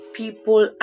people